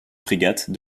frégates